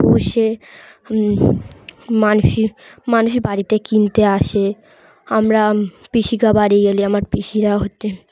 পুষে মানুষই মানুষ বাড়িতে কিনতে আসে আমরা পিসির বাড়ি গেলি আমার পিসিরা হচ্ছে